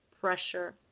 pressure